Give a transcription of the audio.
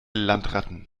landratten